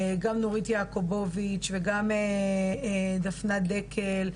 גם נורית יעקובוביץ וגם דפנה דקל,